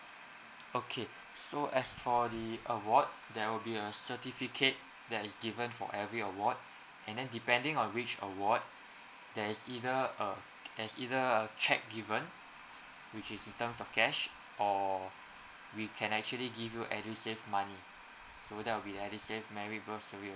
okay so as for the award there will be a certificate that is given for every award and then depending on which award there is either uh there's either a cheque given which is in terms of cash or we can actually give you edusave money so that will be the edusave merit bursary award